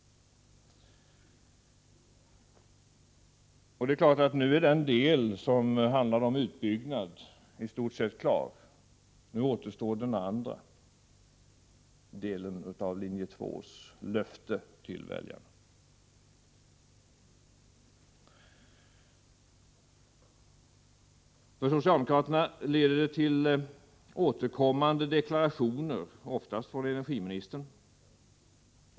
Nu är ju den del av folkomröstningsresultatet som handlar om utbyggnad i stort sett klar. Det återstår ”bara” den andra delen av linje 2:s löfte till väljarna. För socialdemokraterna leder detta till återkommande deklarationer, oftast från energiministern.